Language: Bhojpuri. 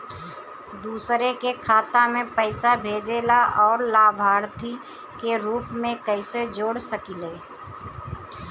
दूसरे के खाता में पइसा भेजेला और लभार्थी के रूप में कइसे जोड़ सकिले?